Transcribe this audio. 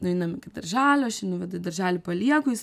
nueinam iki darželio aš jį nuvedu į darželį palieku jis